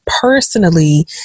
personally